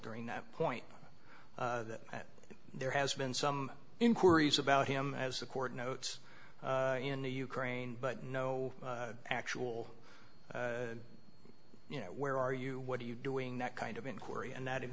during that point and there has been some inquiries about him as the court notes in the ukraine but no actual you know where are you what are you doing that kind of inquiry and that